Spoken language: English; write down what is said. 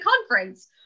conference